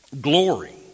glory